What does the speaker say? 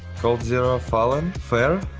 coldzera, fallen, fer,